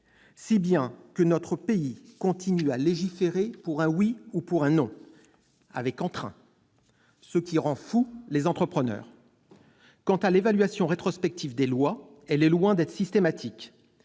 si bien que notre pays continue à légiférer pour un oui, pour un non, avec entrain, ce qui rend fous les entrepreneurs ! Quant à l'évaluation rétrospective des lois, elle est loin d'être systématique.